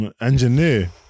Engineer